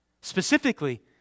Specifically